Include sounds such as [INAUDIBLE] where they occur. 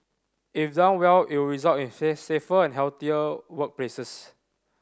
if done well it would result in [UNINTELLIGIBLE] safer and healthier workplaces